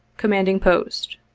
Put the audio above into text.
commanding post.